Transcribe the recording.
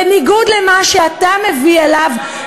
בניגוד למה שאתה מביא עליו,